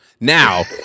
Now